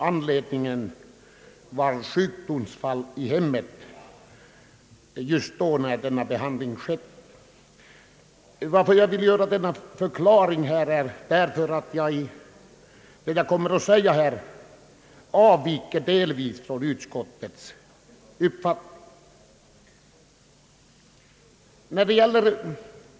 Anledningen var sjukdomsfall i hemmet just när detta ärende handlades. Jag vill avge denna förklaring eftersom vad jag här kommer att säga delvis avviker från utskottets uppfattning.